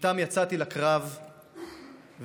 שאיתם יצאתי לקרב ונפלו: